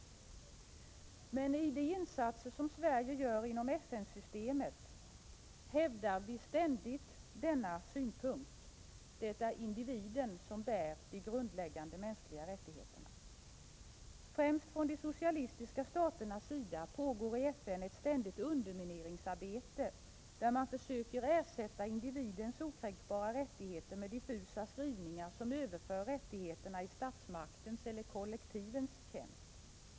Men i de insatser som Sverige gör inom FN systemet hävdar vi ständigt just den synpunkten att det är individen som bär de grundläggande mänskliga rättigheterna. I FN pågår ett ständigt undermineringsarbete, främst från de socialistiska staternas sida, där man försöker ersätta individens okränkbara rättigheter med diffusa skrivningar som överför rättigheterna i statsmaktens eller kollektivens tjänst.